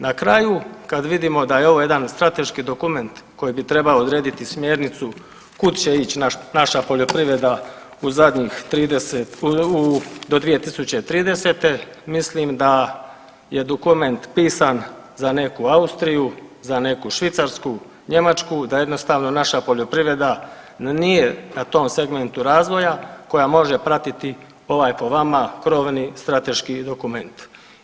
Na kraju, kad vidimo da je ovo jedan strateški dokument koji bi trebao odrediti smjernicu kud će ići naša poljoprivreda u zadnjih 30, u, do 2030., mislim da je dokument pisan za neku Austriju, za neku Švicarsku, Njemačku, da jednostavno naša poljoprivreda nije na tom segmentu razvoja, koja može pratiti ovaj po vama, krovni strateški dokument.